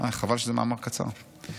חבל שזה מאמר קצר.